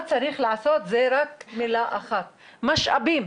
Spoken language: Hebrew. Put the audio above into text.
מה צריך לעשות זה רק מילה אחת, משאבים.